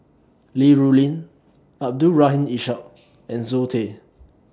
Li Rulin Abdul Rahim Ishak and Zoe Tay